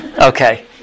Okay